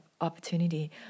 opportunity